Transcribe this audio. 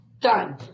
done